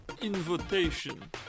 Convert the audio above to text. invitation